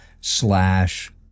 slash